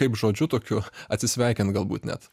kaip žodžiu tokiu atsisveikint galbūt net